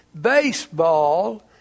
baseball